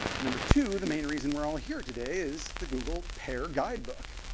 number two, the main reason we're all here today is the google pair guidebook.